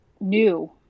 new